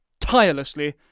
tirelessly